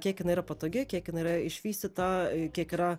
kiek jinai yra patogi kiek jin yra išvystyta kiek yra